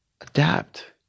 adapt